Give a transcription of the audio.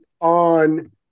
on